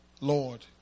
Lord